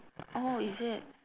oh is it